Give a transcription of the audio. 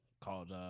called